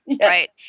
Right